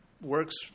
works